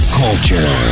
culture